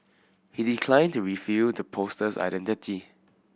he declined to reveal the poster's identity